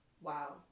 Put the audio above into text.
Wow